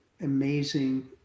amazing